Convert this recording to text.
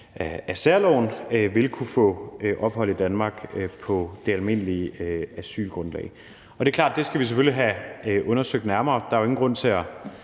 af særloven, vil kunne få ophold i Danmark på det almindelige asylgrundlag. Det er klart, at det skal vi selvfølgelig have undersøgt nærmere. Der er jo ingen grund til at